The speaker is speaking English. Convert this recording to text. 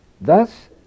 Thus